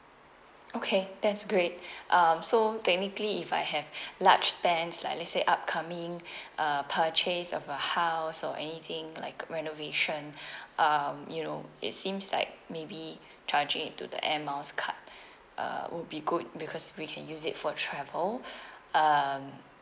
okay that's great um so technically if I have large spends like let's say upcoming uh purchase of a house or anything like renovation um you know it seems like maybe charging it to the air miles card uh would be good because we can use it for travel um